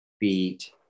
beat